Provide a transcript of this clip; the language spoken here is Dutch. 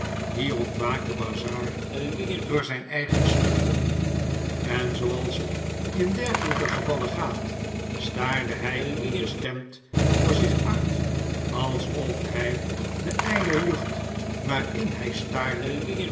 hier ontwaakte bazzard door zijn eigen snurken en zooals het in dergelyke gevallen gaat staarde hi onbestemd voor zich uit alsof hy de yle lucht waarin hij staarde